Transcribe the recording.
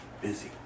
busy